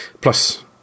plus